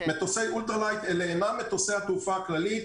מטוסי אולטרה לייט אלה אינם מטוסי התעופה הכללית.